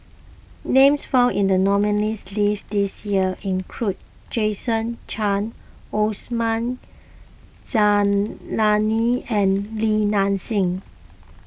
names found in the nominees' list this year include Jason Chan Osman Zailani and Li Nanxing